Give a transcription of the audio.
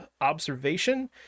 observation